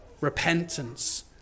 repentance